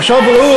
עכשיו ראו,